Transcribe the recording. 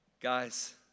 guys